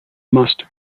must